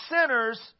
sinners